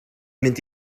mynd